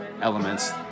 elements